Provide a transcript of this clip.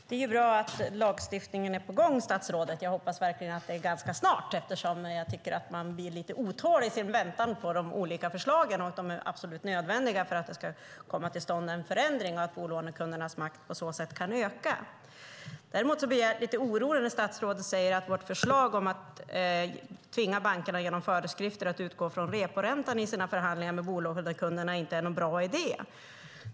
Herr talman! Det är bra att lagstiftningen är på gång, statsrådet. Jag hoppas verkligen att det är ganska snart, eftersom jag tycker att man blir lite otålig i sin väntan på de olika förslagen, och de är absolut nödvändiga för att det ska komma till stånd en förändring och att bolånekundernas makt på så sätt kan öka. Däremot blir jag lite orolig när statsrådet säger att vårt förslag att genom föreskrifter tvinga bankerna att utgå från reporäntan i sina förhandlingar med bolånekunderna inte är någon bra idé.